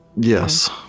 Yes